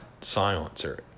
silencer